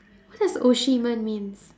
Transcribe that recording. what does means